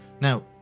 Now